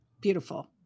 beautiful